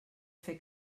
fer